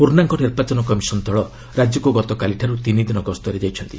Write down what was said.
ପୁର୍ଷ୍ଣାଙ୍ଗ ନିର୍ବାଚନ କମିଶନ୍ ଦଳ ରାଜ୍ୟକୁ ଗତକାଲିଠାରୁ ତିନି ଦିନ ଗସ୍ତରେ ଯାଇଛନ୍ତି